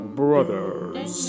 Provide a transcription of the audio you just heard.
brothers